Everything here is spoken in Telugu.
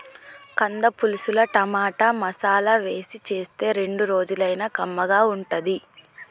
కంద పులుసుల టమాటా, మసాలా వేసి చేస్తే రెండు రోజులైనా కమ్మగా ఉంటది